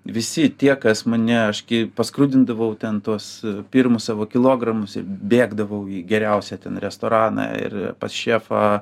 visi tie kas mane aš kai paskrudindavau ten tuos pirmus savo kilogramus ir bėgdavau į geriausią ten restoraną ir pas šefą